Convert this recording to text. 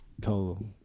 total